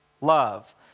love